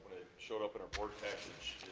showed up in our board package.